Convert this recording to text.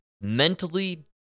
mentally